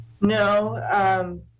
no